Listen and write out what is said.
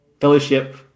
Fellowship